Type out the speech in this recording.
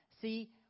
See